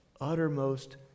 uttermost